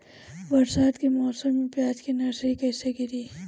बरसात के मौसम में प्याज के नर्सरी कैसे गिरी?